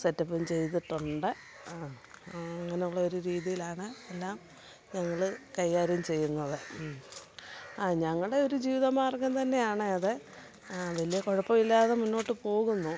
സെറ്റപ്പും ചെയ്തിട്ടുണ്ട് അങ്ങനെയുള്ള ഒരു രീതിയിലാണ് എല്ലാം ഞങ്ങള് കൈകാര്യം ചെയ്യുന്നത് ആ ഞങ്ങളുടെ ഒരു ജീവിത മാർഗ്ഗം തന്നെയാണെ അത് വലിയ കുഴപ്പമില്ലാതെ മുന്നോട്ട് പോകുന്നു